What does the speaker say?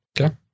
Okay